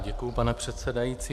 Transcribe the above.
Děkuji, pane předsedající.